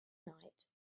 night